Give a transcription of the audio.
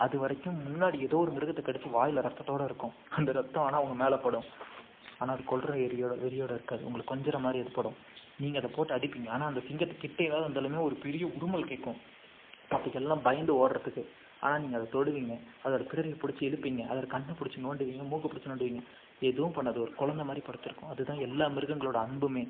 அதுவரைக்கும் முன்னாடி ஏதோ ஒரு மிருகத்தை கடித்து வாயில் ரத்தத்தோடய இருக்கும் அந்த ரத்தம் ஆனால் உங்கள் மேலே படும் ஆனால் அது கொல்கிற எறியோ வெறியோடய இருக்காது உங்களை கொஞ்சற மாதிரி ஏற்படும் நீங்கள் அதை போட்டு அடிப்பிங்க ஆனால் அந்த சிங்கத்துக்கிட்ட எதாவது வந்தாலுமே ஒரு பெரிய உறுமல் கேட்கும் மற்ற எல்லாம் பயந்து ஓடுறதுக்கு ஆனால் நீங்கள் அதை தொடுவீங்க அதோடய பிடரியை பிடிச்சி இழுப்பீங்க அதோடய கண்ணை பிடிச்சி நோண்டுவீங்க மூக்கை பிடிச்சி நோண்டுவீங்க எதுவும் பண்ணாது ஒரு குழந்தை மாதிரி படுத்துருக்கும் அதுதான் எல்லா மிருகங்களோடய அன்புமே